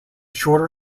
shorter